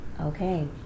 Okay